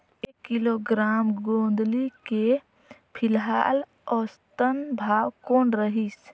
एक किलोग्राम गोंदली के फिलहाल औसतन भाव कौन रही?